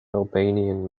albanian